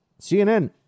CNN